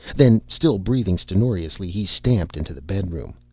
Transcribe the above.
then, still breathing stentorously, he stamped into the bedroom.